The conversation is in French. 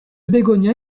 bégonia